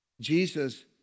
Jesus